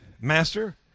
Master